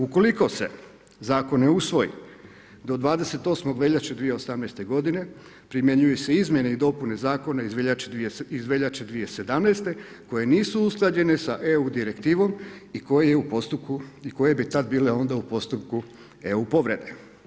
Ukoliko se zakoni usvoji, do 28. veljače 2018. g. primjenjuju se izmjene i dopune zakona iz veljače 2017. koje nisu usklađene sa EU direktivom i koje je u postupku, i koje bi tad onda bile u postupku EU povrede.